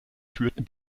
führten